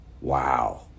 Wow